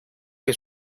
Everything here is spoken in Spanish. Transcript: que